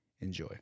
Enjoy